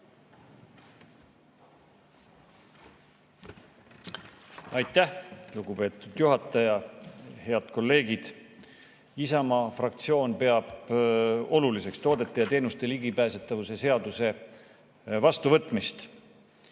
Aitäh, lugupeetud juhataja! Head kolleegid! Isamaa fraktsioon peab oluliseks toodete ja teenuste ligipääsetavuse seaduse vastuvõtmist.